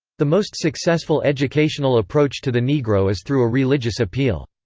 the most successful educational approach to the negro is through a religious appeal.